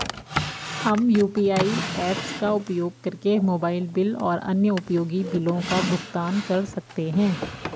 हम UPI apps का उपयोग करके मोबाइल बिल और अन्य उपयोगी बिलों का भुगतान कर सकते हैं